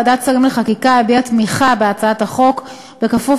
ועדת שרים לחקיקה הביעה תמיכה בהצעת החוק בכפוף